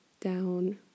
down